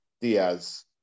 Diaz